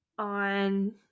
On